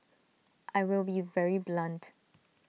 I will be very blunt